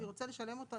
אני רוצה לשלם אותו,